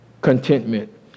contentment